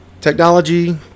Technology